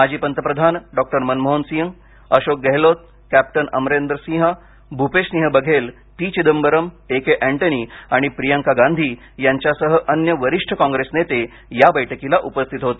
माजी पंतप्रधान डॉ Manmohan Singh Ashok Gehlot captain Amarinder Singh Bhupesh Singh Baghel P Chidambaram A K Antony आणि प्रियंका गांधी यांच्यासह अन्य वरिष्ठ कॉग्रेस नेते या बैठकीला उपस्थित होते